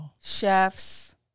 chefs